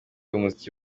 b’umuziki